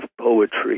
poetry